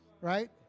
right